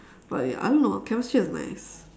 but ya I don't know chemistry was nice